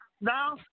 Now